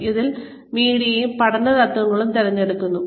ഇതിൽ ഞങ്ങൾ മീഡിയയും പഠന തത്വങ്ങളും തിരഞ്ഞെടുക്കുന്നു